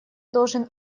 должен